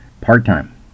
part-time